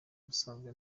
ubusanzwe